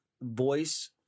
voice